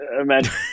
imagine